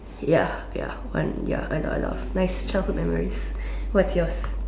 ya ya one ya that's a lot of nice childhood memories what's yours